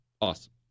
Awesome